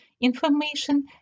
information